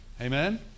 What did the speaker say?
Amen